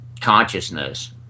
consciousness